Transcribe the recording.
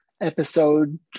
episode